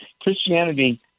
Christianity